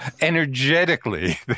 energetically